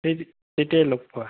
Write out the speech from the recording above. সেই তেতিয়াই লগ পোৱা